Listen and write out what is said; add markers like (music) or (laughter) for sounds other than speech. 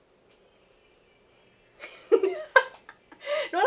(laughs) no lah